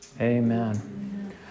Amen